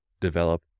develop